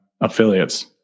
affiliates